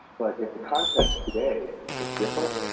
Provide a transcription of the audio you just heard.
but if the context today is different,